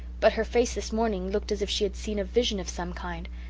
but her face this morning looked as if she had seen a vision of some kind,